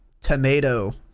tomato